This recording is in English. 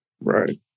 Right